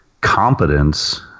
competence